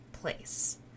place